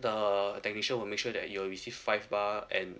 the technician will make sure that you'll receive five bar and